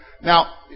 Now